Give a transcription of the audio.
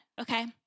Okay